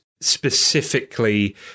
specifically